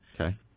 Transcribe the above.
Okay